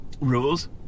Rules